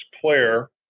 player